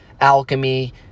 alchemy